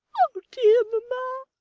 oh dear mama!